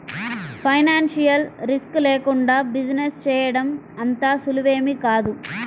financial risk లేకుండా business చేయడం అంత సులువేమీ కాదు